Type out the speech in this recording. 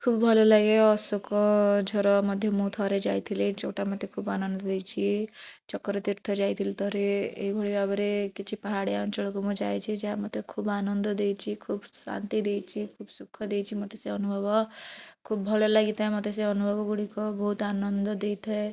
ଖୁବ ଭଲ ଲାଗେ ଅଶୋକ ଝର ମଧ୍ୟ ମୁଁ ଥରେ ଯାଇଥିଲି ଯେଉଁଟା ମୋତେ ଖୁବ ଆନନ୍ଦ ଦେଇଛି ଚକର ତୀର୍ଥ ଥରେ ଯାଇଥିଲି ଏଇଭଳିଆ ଭାବରେ କିଛି ପାହାଡ଼ିଆ ଅଞ୍ଚଳକୁ ମୁଁ ଯାଇଛି ଯାହା ମୋତେ ଖୁବ ଆନନ୍ଦ ଦେଇଛି ଖୁବ ଶାନ୍ତି ଦେଇଛି ଖୁବ ସୁଖ ଦେଇଛି ମୋତେ ସେ ଅନୁଭବ ଖୁବ ଭଲ ଲାଗିଥାଏ ମୋତେ ସେ ଅନୁଭବ ଗୁଡ଼ିକ ବହୁତ ଆନନ୍ଦ ଦେଇଥାଏ